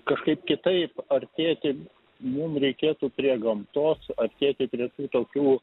kažkaip kitaip artėti mum reikėtų prie gamtos artėti prie tų tokių